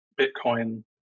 Bitcoin